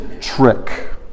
trick